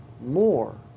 more